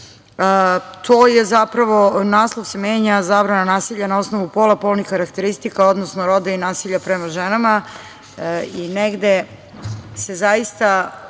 51, je li tako? Naslov se menja: "Zabrana nasilja na osnovu pola, polnih karakteristika, odnosno roda i nasilja prema ženama".